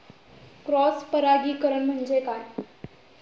Cross परागीकरण म्हणजे काय?